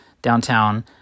downtown